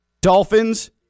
Dolphins